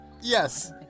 Yes